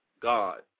God